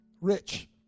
rich